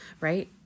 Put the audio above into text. right